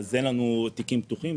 אז אין לנו תיקים פתוחים.